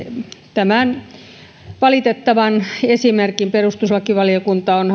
tämän valitettavan esimerkin perustuslakivaliokunta on